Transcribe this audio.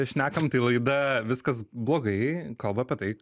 šnekam tai laida viskas blogai kalba apie tai